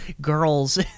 girls